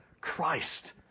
Christ